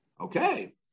Okay